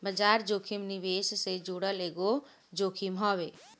बाजार जोखिम निवेश से जुड़ल एगो जोखिम हवे